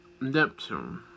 Neptune